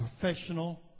professional